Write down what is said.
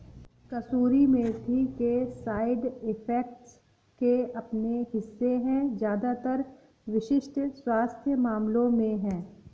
कसूरी मेथी के side effects के अपने हिस्से है ज्यादातर विशिष्ट स्वास्थ्य मामलों में है